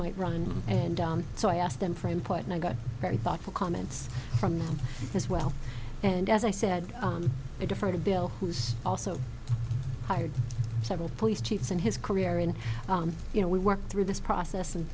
might run and down so i asked them for in part and i got very thoughtful comments from them as well and as i said on a different a bill who's also hired several police chiefs in his career and you know we work through this process and